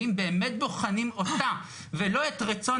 ואם באמת בוחנים אותה ולא את הרצון